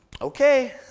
Okay